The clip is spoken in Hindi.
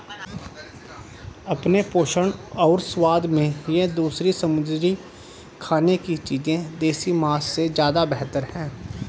अपने पोषण और स्वाद में ये दूसरी समुद्री खाने की चीजें देसी मांस से ज्यादा बेहतर है